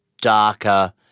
darker